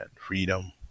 freedom